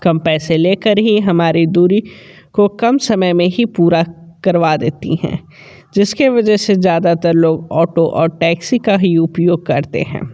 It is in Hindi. कम पैसे ले कर ही हमारी दूरी को कम समय में ही पूरा करवा देती है जिस की वजह से ज़्यादातर लोग ऑटो और टैक्सी का ही उपयोग करते हैं